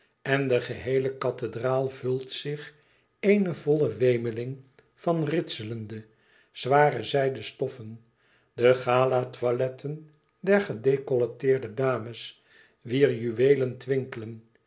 en de geheele kathedraal vult zich ééne volle wemeling van ritselende zware zijden stoffen de galatoiletten der gedecolleteerde dames wier juweelen